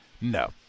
No